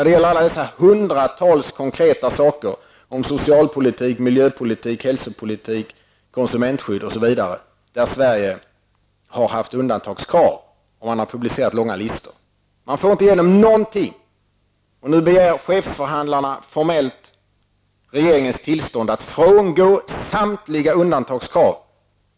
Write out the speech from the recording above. Det gäller då hundratals konkreta frågor om socialpolitiken, miljöpolitiken, hälsopolitiken, konsumentskyddet osv. -- områden där Sverige har haft undantagskrav och där det har publicerats långa listor. Men man får inte igenom någonting. Nu begär alltså chefsförhandlarna formellt att regeringen skall ge tillstånd, så att man kan frångå samtliga undantagskrav.